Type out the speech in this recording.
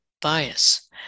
bias